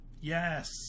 yes